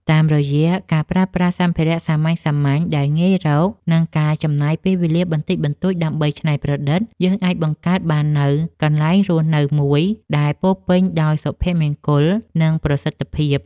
តាមរយៈការប្រើប្រាស់សម្ភារៈសាមញ្ញៗដែលងាយរក និងការចំណាយពេលវេលាបន្តិចបន្តួចដើម្បីច្នៃប្រឌិត យើងអាចបង្កើតបាននូវកន្លែងរស់នៅមួយដែលពោរពេញដោយសុភមង្គល និងប្រសិទ្ធភាព។